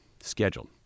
scheduled